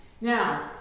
Now